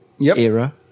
era